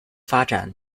发展